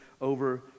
over